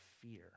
fear